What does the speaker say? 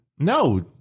No